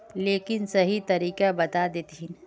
लेकिन सही तरीका बता देतहिन?